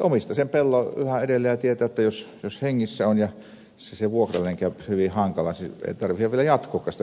omistaa sen pellon yhä edelleen ja tietää että jos hengissä on ja jos se vuokralainen käy hyvin hankalaksi ei tarvitse jatkaakaan sitä sopimusta